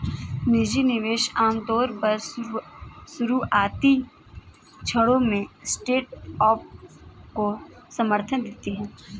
निजी निवेशक आमतौर पर शुरुआती क्षणों में स्टार्टअप को समर्थन देते हैं